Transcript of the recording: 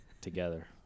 Together